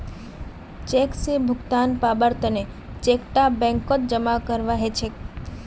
cheque स भुगतान पाबार तने चेक टा बैंकत जमा करवा हछेक